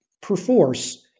perforce